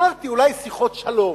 אמרתי, אולי שיחות שלום?